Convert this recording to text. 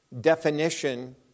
definition